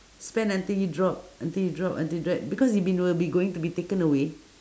spend until you drop until you drop until drop because it been will be going to taken away